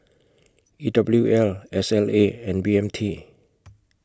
E W L S L A and B M T